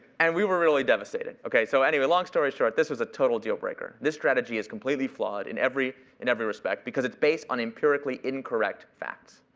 and we were really devastated. okay. so anyway, long story short, this was a total deal breaker. this strategy is completely flawed in every in every respect because it's based on empirically incorrect facts.